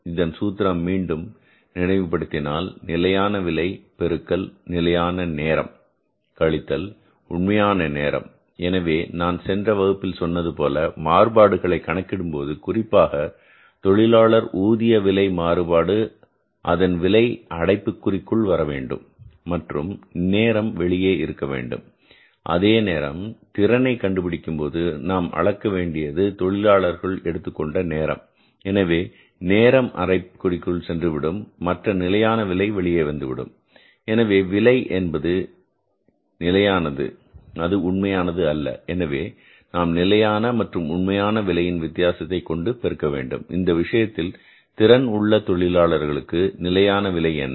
இதன் சூத்திரம் மீண்டும் சூத்திரம் நினைவுபடுத்தினால் நிலையான விலை பெருக்கல் நிலையான நேரம் கழித்தல் உண்மையான நேரம் எனவே நான் சென்ற வகுப்பில் சொன்னது போல மாறுபாடுகளை கணக்கிடும்போது குறிப்பாக தொழிலாளர் ஊதிய விலை மாறுபாடு அதன் விலை அடைப்புக்குறிக்குள் வரவேண்டும் மற்றும் நேரம் வெளியே இருக்க வேண்டும் அதேநேரம் திறனை கண்டுபிடிக்கும் போது நாம் அளக்க வேண்டியது தொழிலாளர்கள் எடுத்துக்கொண்ட நேரம் எனவே நேரம் அடைப்புக்குறிக்குள் சென்றுவிடும் மற்றும் நிலையான விலை வெளியே வந்துவிடும் எனவே விலை என்பது நிலையானது அது உண்மையானது அல்ல எனவே நாம் நிலையான மற்றும் உண்மையான விலையின் வித்தியாசத்தை கொண்டு பெருக்க வேண்டும் இந்த விஷயத்தில் திறன் உள்ள தொழிலாளர்களுக்கு நிலையான விலை என்ன